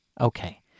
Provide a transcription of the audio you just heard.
Okay